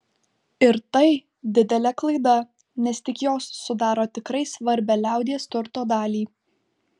ir tai didelė klaida nes tik jos sudaro tikrai svarbią liaudies turto dalį